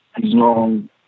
long